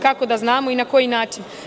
Kako da znamo i na koji način?